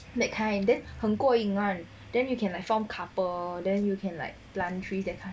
that kind then 很过瘾 [one] then you can like form couple then you can like plant trees that kind